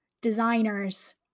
designers